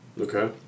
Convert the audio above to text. Okay